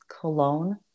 cologne